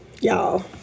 Y'all